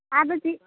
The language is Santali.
ᱟᱫᱚ ᱪᱮᱫ